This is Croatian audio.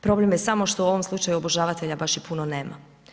Problem je samo što u ovom slučaju obožavatelja baš i puno nema.